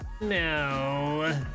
no